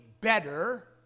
better